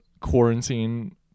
quarantine